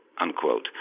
unquote